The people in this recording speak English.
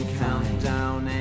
countdown